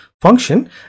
function